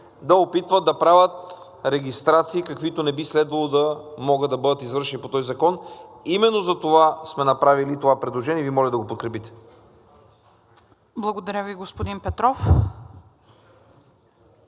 се опитват да правят регистрации, каквито не би следвало да могат да бъдат извършени по този закон. Именно затова сме направили това предложение и Ви моля да го подкрепите. ПРЕДСЕДАТЕЛ НАТАЛИЯ